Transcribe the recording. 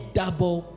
double